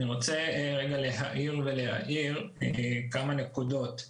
אני רוצה להעיר ולהאיר כמה נקודות.